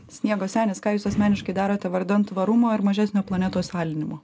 sniego senis ką jūs asmeniškai darote vardan tvarumo ir mažesnio planetos alinimo